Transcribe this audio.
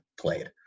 played